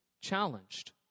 challenged